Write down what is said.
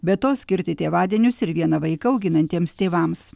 be to skirti tėvadienius ir vieną vaiką auginantiems tėvams